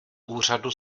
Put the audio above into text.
úřadu